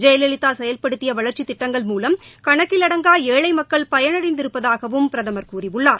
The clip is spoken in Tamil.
ஜெயலலிதா செயல்படுத்திய வளர்ச்சித் திட்டங்கள் மூலம் கணக்கில் அடங்கா ஏழை மக்கள் பயனடைந்திருப்பதாகவும் பிரதமர் கூறியுள்ளார்